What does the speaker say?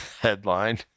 headline